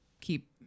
keep